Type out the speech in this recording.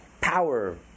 Power